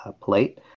plate